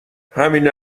همین